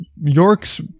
York's